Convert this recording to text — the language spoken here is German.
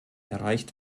erreicht